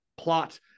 plot